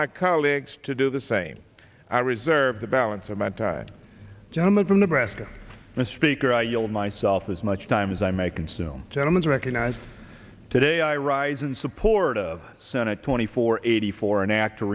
my colleagues to do the same i reserve the balance of my time gentleman from nebraska mr speaker i yield myself as much time as i may consume gentleman's recognized today i rise in support of senate twenty four eighty four an act